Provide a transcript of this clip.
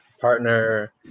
partner